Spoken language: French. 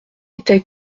était